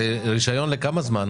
זה רשיון לכמה זמן?